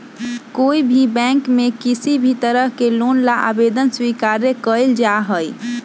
कोई भी बैंक में किसी भी तरह के लोन ला आवेदन स्वीकार्य कइल जाहई